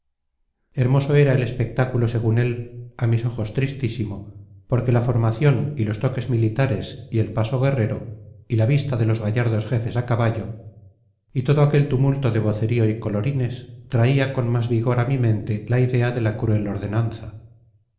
hermoso era el espectáculo según él a mis ojos tristísimo porque la formación y los toques militares y el paso guerrero y la vista de los gallardos jefes a caballo y todo aquel tumulto de vocerío y colorines traía con más vigor a mi mente la idea de la cruel ordenanza